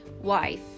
wife